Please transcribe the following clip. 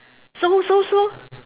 so so so